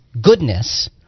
goodness